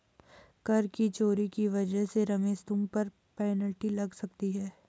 कर की चोरी की वजह से रमेश तुम पर पेनल्टी लग सकती है